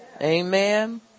Amen